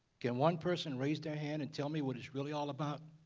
can one person raise their hand and tell me what it's really all about?